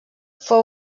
fou